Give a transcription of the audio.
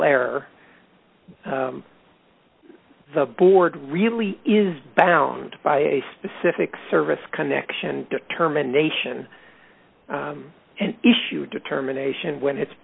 error the board really is bound by a specific service connection determination and issue determination when it's